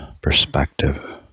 perspective